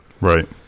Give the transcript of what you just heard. Right